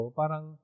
parang